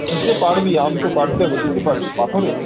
কিসে পাড়বি আম তো পাড়তে হবে কিসে পাড়বি পাথরে